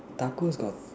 tacos got